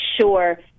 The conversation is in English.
sure